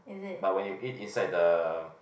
but when you eat inside the